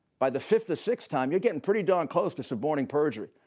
by the fifth or sixth time, you are getting pretty darn close to suborning perjury.